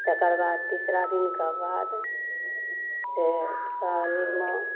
तकर बाद तीसरा दिनके बादसँ दीपावलीमे